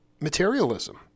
materialism